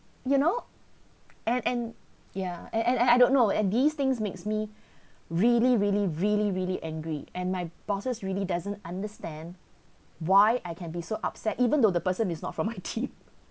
you know and and yeah and and I don't know lah these things makes me really really really really angry and my bosses really doesn't understand why I can be so upset even though the person is not from my team